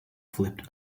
flipped